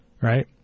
right